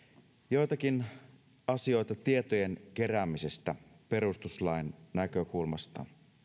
joitakin asioita tietojen keräämisestä perustuslain näkökulmasta